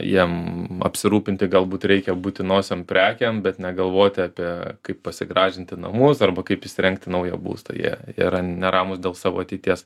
jiem apsirūpinti galbūt reikia būtinosiom prekėm bet negalvoti apie kaip pasigražinti namus arba kaip įsirengti naują būstą jie yra neramūs dėl savo ateities